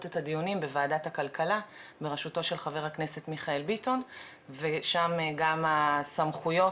את הדיונים בוועדת הכלכלה בראשותו של ח"כ מיכאל ביטון ושם גם הסמכויות